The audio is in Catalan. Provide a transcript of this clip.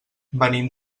venim